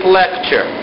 lecture